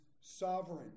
sovereign